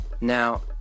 Now